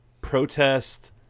Protest